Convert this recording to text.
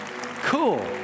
Cool